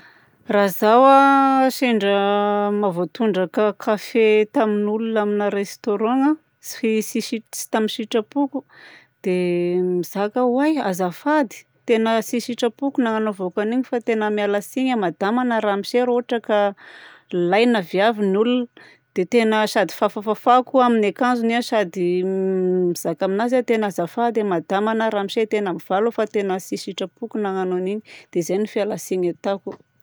Raha zaho a sendra mahavoatondraka kafe tamin'olona amina resaturant a, tsy tsy si- tsy tamin'ny sitrapoko, dia mizaka aho: "oay azafady, tena tsy sitrapoko nagnanovako an'igny fa tena miala tsiny aho madama na ramose raha ohatra ka laigna avy aby ny olona", dia tena sady fafafafako amin'ny akanjony a sady mizaka aminazy a tena azafady madama na ramose, tena mivalo aho fa tena tsy sitrapoko nagnano an'igny. Dia zay no fialan-tsiny ataoko.